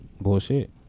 Bullshit